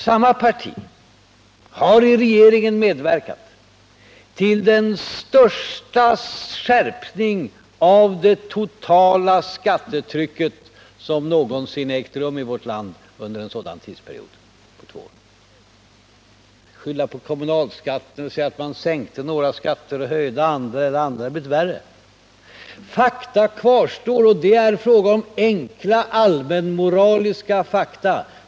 Samma parti har i regeringen medverkat till den största skärpningen av det totala skattetrycket som någonsin ägt rum i vårt land under en tidsperiod av två år. Man har skyllt på kommunalskatten och sagt att man sänkte några skatter och höjde andra. Men fakta kvarstår, och det är fråga om enkla allmänmoraliska fakta.